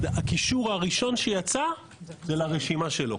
הקישור הראשון שיצא זה לרשימה שלו.